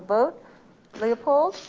boat leopold.